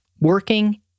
Working